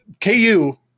KU